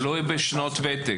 זה תלוי בשנות ותק